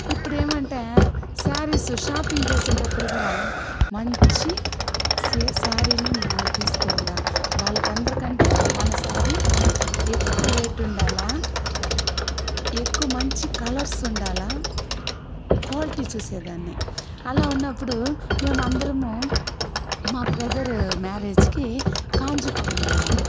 ఇప్పుడు ఏమంటే సారీస్ షాపింగ్ చేసేటప్పుడు కూడా మంచి సారీని మనం తీసుకోవాలా వాళ్లకందరి కంటే మన సారి ఎక్కువ రేటు ఉండాలా ఎక్కువ మంచి కలర్స్ ఉండాలి క్వాలిటీ చూసేదాన్ని అలా ఉన్నప్పుడు మేము అందరమూ మా బ్రదర్ మ్యారేజ్కి కాంచీపురం వెళ్ళాము